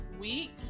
week